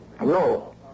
No